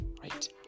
right